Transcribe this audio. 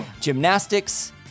gymnastics